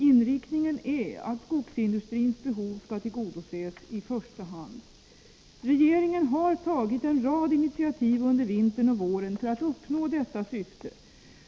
Inriktningen är att skogsindustrins behov skall tillgodoses i första hand. Regeringen har tagit en rad initiativ under vintern och våren för att uppnå detta syfte.